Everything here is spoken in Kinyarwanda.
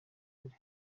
kure